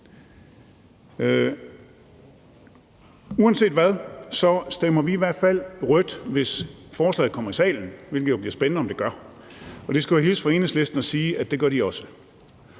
Uanset hvad, stemmer vi i hvert fald rødt, hvis det kommer i salen, hvilket jo bliver spændende om det gør. Og jeg skulle hilse fra Enhedslisten og sige, at det gør de også.